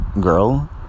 girl